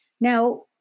Now